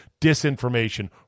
disinformation